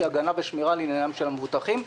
שהיא הגנה ושמירה על עניינם של המבוטחים.